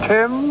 Tim